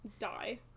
die